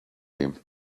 him